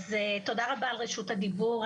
תודה רבה על רשות הדיבור,